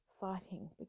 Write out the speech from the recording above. fighting